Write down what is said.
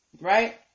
Right